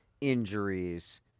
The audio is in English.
injuries